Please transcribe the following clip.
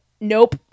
Nope